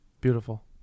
beautiful